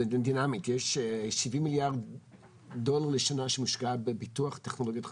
יש 70 מיליארד דולר לשנה שמושקע בפיתוח טכנולוגיות חדשות.